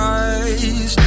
eyes